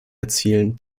erzielen